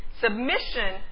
Submission